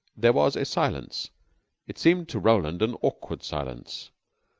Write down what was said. there was a silence it seemed to roland an awkward silence.